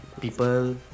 people